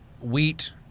wheat